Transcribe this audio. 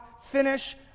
finish